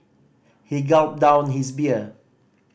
he gulped down his beer